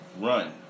run